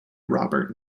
robert